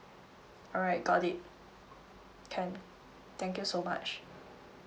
alright got it can thank you so much